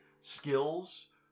skills